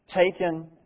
taken